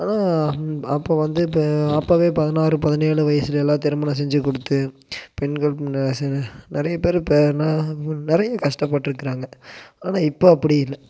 ஆனால் அப்போ வந்து இப்போ அப்போவே பதினாறு பதினேழு வயிசுலெல்லாம் திருமணம் செஞ்சு கொடுத்து பெண்கள் நிறைய பேர் இப்போ என்ன நிறைய கஷ்டப்பட்டுருக்குறாங்க ஆனால் இப்போ அப்படி இல்லை